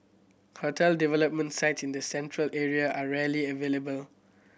hotel development site in the Central Area are rarely available